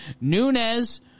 Nunez